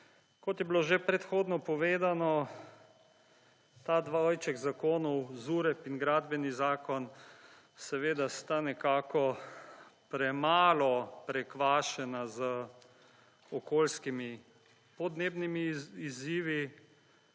Kot je bilo že predhodno povedano ta dvojček zakonov, ZUREP in gradbeni zakon seveda sta nekako premalo prekvašena z okoljskimi podnebnimi izzivi.